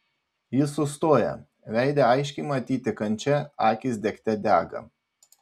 jis sustoja veide aiškiai matyti kančia akys degte dega